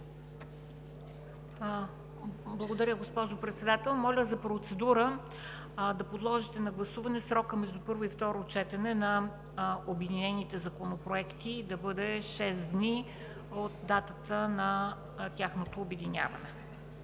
Благодаря Ви, госпожо Председател. Моля за процедура – да подложите на гласуване срокът между първо и второ четене на обединените законопроекти да бъде шест дни от датата на тяхното обединяване.